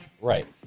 right